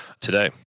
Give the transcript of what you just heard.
today